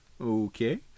Okay